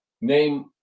name